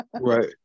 Right